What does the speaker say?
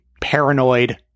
paranoid